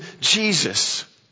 Jesus